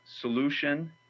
Solution